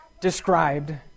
described